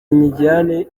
nyijyane